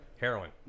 heroin